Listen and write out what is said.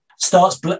Starts